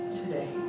today